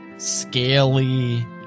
Scaly